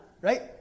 right